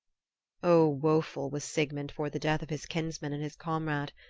oh, woeful was sigmund for the death of his kinsman and his comrade.